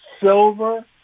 silver